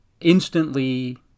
instantly